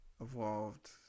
evolved